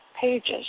pages